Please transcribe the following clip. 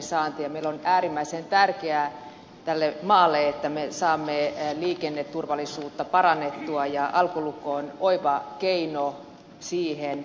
meille on äärimmäisen tärkeää tälle maalle että me saamme liikenneturvallisuutta parannettua ja alkolukko on oiva keino siihen